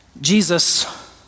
Jesus